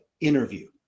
interview